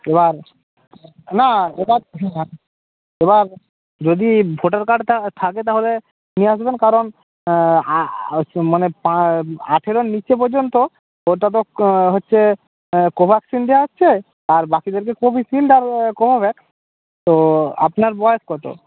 এবার না এটা এবার যদি ভোটার কার্ডটা থাকে তাহলে নিয়ে আসবেন কারণ হচ্ছে মানে আঠেরোর নীচে পর্যন্ত ওটা তো হচ্চে কোভ্যাক্সিন দেওয়া হচ্ছে আর বাকিদেরকে কোভিশিল্ড আর কোভোভ্যাক্স তো আপনার বয়স কত